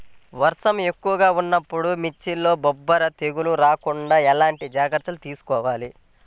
వర్షం ఎక్కువగా ఉన్నప్పుడు మిర్చిలో బొబ్బర తెగులు రాకుండా ఎలాంటి జాగ్రత్తలు తీసుకోవాలి?